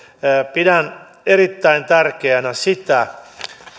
pidän erittäin tärkeänä sitä